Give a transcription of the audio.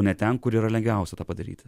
o ne ten kur lengviausia tą padaryti